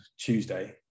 Tuesday